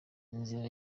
inzira